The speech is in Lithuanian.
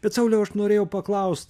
bet sauliau aš norėjau paklaust